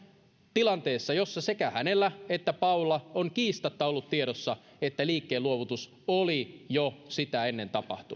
tilanteessa jossa sekä hänellä että paulla on kiistatta ollut tiedossa että liikkeenluovutus on jo tapahtunut